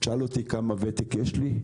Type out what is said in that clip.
כמה ותק יש לי?